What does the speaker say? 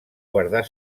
guardar